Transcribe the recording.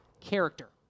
character